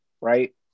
right